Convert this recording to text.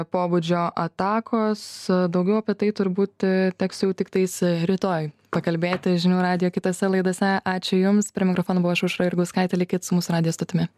pobūdžio atakos daugiau apie tai turbūt teks jau tiktais rytoj pakalbėti žinių radijo kitose laidose ačiū jums prie mikrofono buvau aušra jurgauskaitė likit su mūsų radijo stotimi